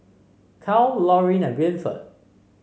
Cal Lorin and Winford